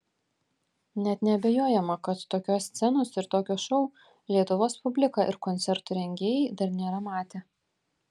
net neabejojama kad tokios scenos ir tokio šou lietuvos publika ir koncertų rengėjai dar nėra matę